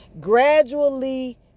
gradually